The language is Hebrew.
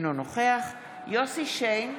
אינו נוכח יוסף שיין,